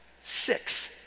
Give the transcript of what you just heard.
six